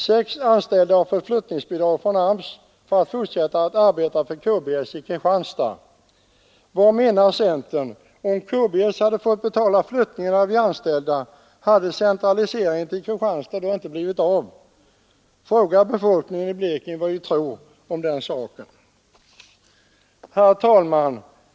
Sex anställda har fått flyttningsbidrag från AMS för att fortsätta att arbeta för KBS i Kristianstad. Vad menar man inom centern om detta fall? Tror man att centraliseringen till Kristianstad inte hade blivit av, om KBS fått betala flyttningen av de anställda? Fråga befolkningen i Blekinge vad den tror om den saken! Nr 146 Herr talman!